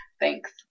thanks